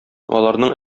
аларның